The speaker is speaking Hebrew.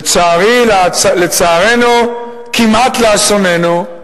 לצערנו, כמעט לאסוננו,